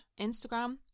Instagram